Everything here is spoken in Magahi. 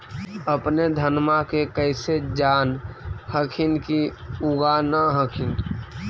अपने धनमा के कैसे जान हखिन की उगा न हखिन?